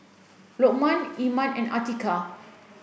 Lokman Iman and Atiqah